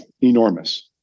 Enormous